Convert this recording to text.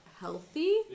healthy